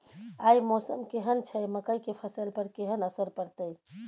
आय मौसम केहन छै मकई के फसल पर केहन असर परतै?